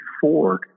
Ford